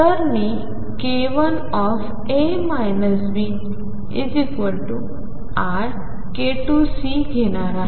तर मी k1A Bik2C घेणार आहे